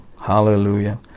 Hallelujah